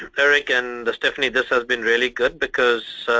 eric and stephanie, this has been really good because